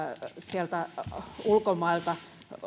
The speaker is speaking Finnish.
sieltä ulkomailta